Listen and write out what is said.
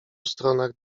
stronach